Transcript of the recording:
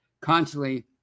constantly